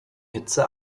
hitze